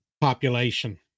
population